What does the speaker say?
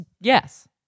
Yes